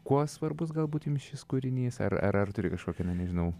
kuo svarbus galbūt jum šis kūrinys ar ar turi kažkokią na nežinau